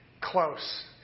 close